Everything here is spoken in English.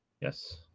Yes